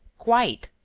quite.